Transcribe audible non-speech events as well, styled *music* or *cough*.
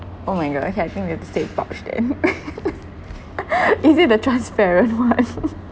oh my god okay I think we have the same pouch then *laughs* is it the transparent [one] *laughs*